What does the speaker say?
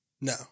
No